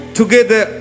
together